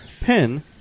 pen